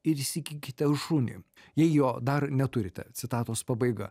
ir įsigykite šunį jei jo dar neturite citatos pabaiga